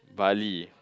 Bali